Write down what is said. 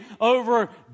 over